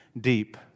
deep